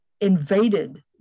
invaded